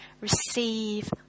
Receive